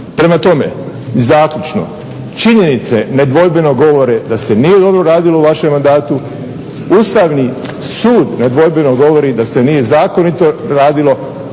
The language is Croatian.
Prema tome i zaključno činjenice nedvojbeno govore da se nije dobro radilo u vašem mandatu. Ustavni sud nedvojbeno govori da se nije zakonito radilo,